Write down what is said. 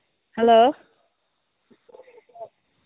hello